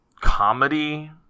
comedy